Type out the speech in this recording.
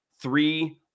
Three